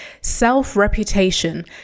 Self-reputation